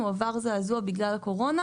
הוא עבר זעזוע בגלל הקורונה,